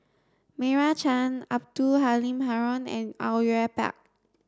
Meira Chand Abdul Halim Haron and Au Yue Pak